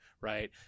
right